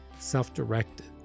self-directed